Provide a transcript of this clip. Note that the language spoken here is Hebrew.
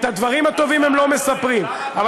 לא, מה